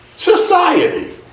Society